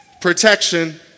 Protection